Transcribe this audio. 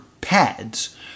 pads